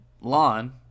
lawn